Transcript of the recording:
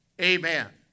Amen